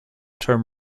term